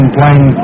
playing